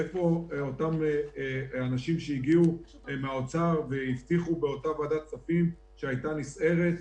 איפה אותם אנשים שהגיעו מהאוצר והבטיחו באותה ועדת הכספים שהייתה נסערת,